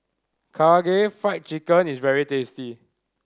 Karaage Fried Chicken is very tasty